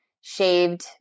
shaved